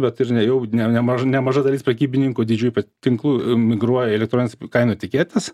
bet ir nejau ne nemažai nemaža dalis prekybininkų didžiųjų tinklų migruoja į elektronines kainų etiketes